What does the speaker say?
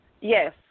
Yes